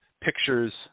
pictures